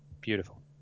Beautiful